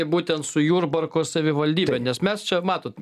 būtent su jurbarko savivaldybe nes mes čia matot